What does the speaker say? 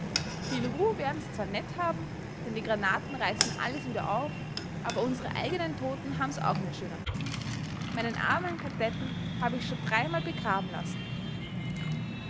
viel ruh werdens zwar net hab'n denn die granaten reiß'n alles wieder auf aber unsere eigenen toten habens auch net schöner meinen armen kadetten hab ich scho dreimal begraben lass'n